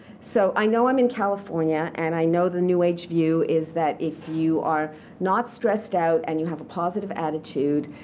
so i know i'm in california, and i know the new age view is that if you are not stressed out and you have a positive attitude,